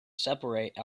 separate